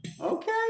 Okay